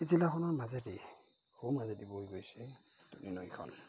এই জিলাখনৰ মাজেদি সোঁ মাজেদি বৈ গৈছে দুনী নৈখন